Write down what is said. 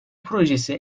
projesi